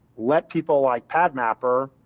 let people, like padmapper,